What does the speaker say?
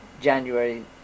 January